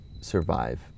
survive